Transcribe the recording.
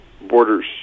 borders